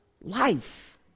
life